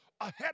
ahead